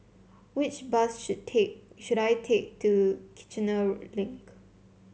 which bus should take should I take to Kiichener Link